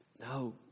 No